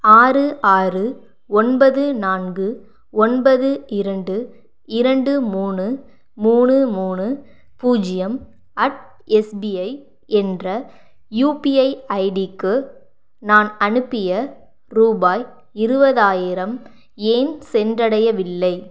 ஆறு ஆறு ஒன்பது நான்கு ஒன்பது இரண்டு இரண்டு மூணு மூணு மூணு பூஜ்ஜியம் அட் எஸ்பிஐ என்ற யூபிஐ ஐடிக்கு நான் அனுப்பிய ரூபாய் இருபதாயிரம் ஏன் சென்றடையவில்லை